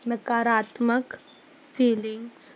नकारात्मक फीलिंग्स